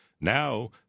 Now